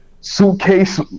suitcase